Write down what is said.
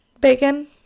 bacon